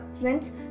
friends